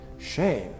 Shame